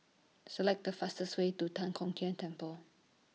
Select The fastest Way to Tan Kong Tian Temple